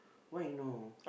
why no